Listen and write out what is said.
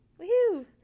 Woohoo